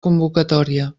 convocatòria